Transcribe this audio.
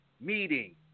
meeting